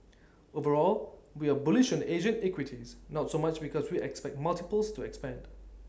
overall we are bullish on Asian equities not so much because we expect multiples to expand